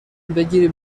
بگیری